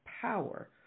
power